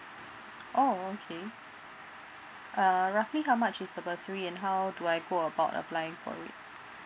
oh okay err roughly how much is the bursary and how do I go about applying for it